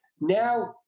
Now